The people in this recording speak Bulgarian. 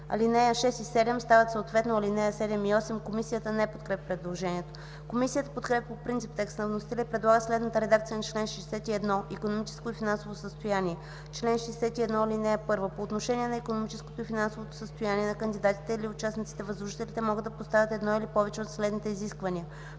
ал. 6 и 7 стават съответно ал. 7 и 8”. Комисията не подкрепя предложението. Комисията подкрепя по принцип текста на вносителя и предлага следната редакция на чл. 61: „Икономическо и финансово състояние Чл. 61. (1) По отношение на икономическото и финансовото състояние на кандидатите или участниците възложителите могат да поставят едно или повече от следните изисквания: